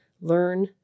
learn